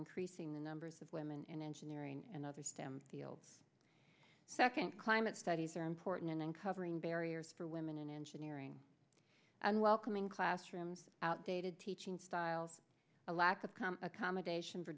increasing the numbers of women in engineering and other stem fields second climate studies are important in uncovering barriers for women in engineering and welcoming classrooms outdated teaching styles a lack of calm accommodation for